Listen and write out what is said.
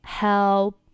help